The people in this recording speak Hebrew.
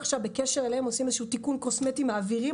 בקשר אליהם אנחנו עושים עכשיו איזשהו תיקון קוסמטי ומעבירים